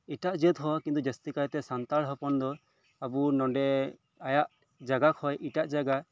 ᱮᱴᱟᱜ ᱡᱟᱹᱛ ᱦᱚᱸ ᱠᱤᱱᱛᱩ ᱡᱟᱹᱥᱛᱤ ᱠᱟᱭ ᱛᱮ ᱥᱟᱱᱛᱟᱲ ᱦᱚᱯᱚᱱ ᱫᱚ ᱵᱟᱵᱚ ᱱᱚᱰᱮ ᱟᱭᱟᱜ ᱡᱟᱸᱜᱟ ᱠᱷᱚᱱ ᱮᱴᱟᱜ ᱡᱟᱸᱜᱟ